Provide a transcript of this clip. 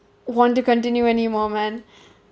want to continue anymore man